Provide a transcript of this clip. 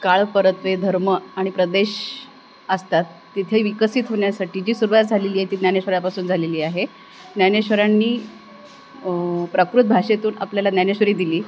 काळपरत्वे धर्म आणि प्रदेश असतात तिथे विकसित होण्यासाठी जी सुरवात झालेली आहे ती ज्ञानेश्वरापासून झालेली आहे ज्ञानेश्वरांनी प्राकृत भाषेतून आपल्याला ज्ञानेश्वरी दिली